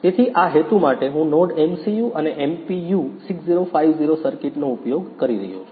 તેથી આ હેતુ માટે હું NodeMCU અને MPU 6050 સર્કિટનો ઉપયોગ કરી રહ્યો છું